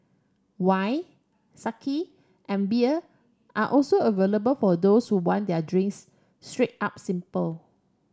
wine and beer are also available for those who want their drinks straight up simple